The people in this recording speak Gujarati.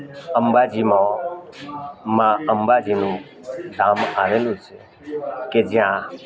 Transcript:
અંબાજીમાં મા અંબાજીનું ધામ આવેલું છે કે જયાં